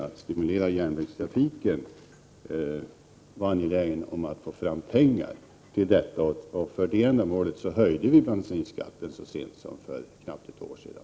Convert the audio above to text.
Jag trodde att man var angelägen om att få fram pengar till att stimulera järnvägstrafiken, och för det ändamålet höjde vi bensinskatten så sent som för knappt ett år sedan.